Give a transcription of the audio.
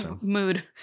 mood